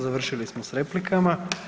Završili smo s replikama.